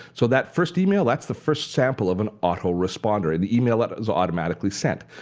so that first email, that's the first sample of an autoresponder, and the email ah is automatically sent.